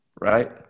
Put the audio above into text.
right